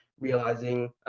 realizing